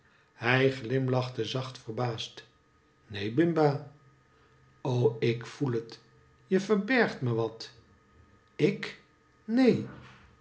hij gkmlachte zacht verbaasd neen bimba o ik voel het je verbergt me wat ik neen